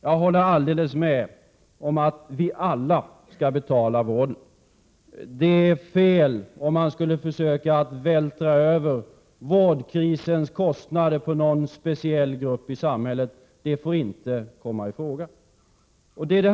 Jag håller alldeles med om att vi alla skall betala vården. Det vore fel om man skulle försöka vältra över vårdkrisens kostnader på någon speciell grupp i samhället. Det får inte komma i fråga.